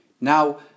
Now